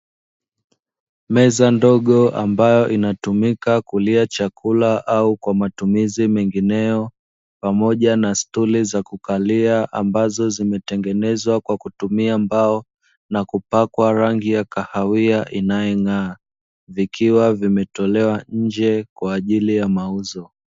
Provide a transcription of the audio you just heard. Meza ndogo ambayo inatumika kulia chakula au kwa matumizi mengineyo, pamoja na stuli za kukalia ambazo zimetengenezwa kwa kutumia mbao na kupakwa rangi ya kahawia inayong'aa, vikiwa vimetolewa nje kwa ajili ya mauzo.